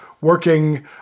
working